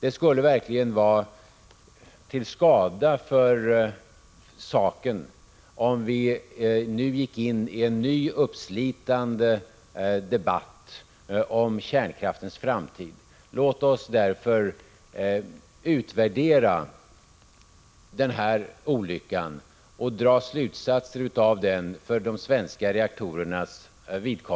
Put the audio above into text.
Det skulle verkligen vara till skada för saken om vi nu gick in i en ny uppslitande debatt om kärnkraftens framtid. Låt oss därför utvärdera den här olyckan och dra slutsatser av den med tanke på de svenska reaktorerna.